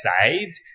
saved